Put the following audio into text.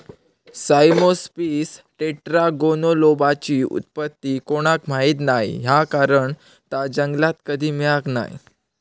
Cyamopsis टेट्रागोनोलोबाची उत्पत्ती कोणाक माहीत नाय हा कारण ता जंगलात कधी मिळाक नाय